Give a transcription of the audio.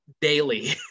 daily